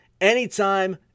anytime